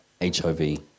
HIV